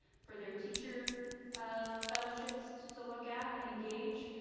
for their teacher ah fellowships to to look at and engage.